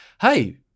hey –